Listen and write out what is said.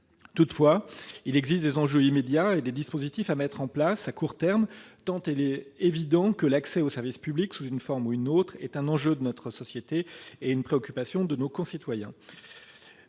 Toutefois, il existe des enjeux immédiats et des dispositifs à mettre en place à court terme tant il est évident que l'accès aux services publics, sous une forme ou une autre, est un enjeu de notre société et une préoccupation de nos concitoyens.